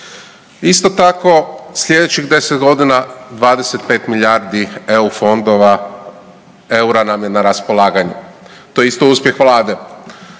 Isto tako, slijedećih 10 godina 25 milijardi EU fondova EUR-a nam je na raspolaganju. To je isto uspjeh vlade.